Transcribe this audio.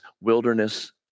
wilderness